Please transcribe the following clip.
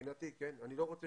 מבחינתי אני לא רוצה